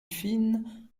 fine